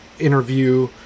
Interview